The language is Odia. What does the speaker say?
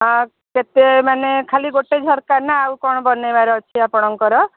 ହଁ କେତେ ମାନେ ଖାଲି ଗୋଟେ ଝରକା ନା ଆଉ କ'ଣ ବନେଇବାର ଅଛି ଆପଣଙ୍କର